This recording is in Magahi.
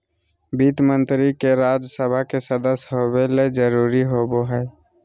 वित्त मंत्री के राज्य सभा के सदस्य होबे ल जरूरी होबो हइ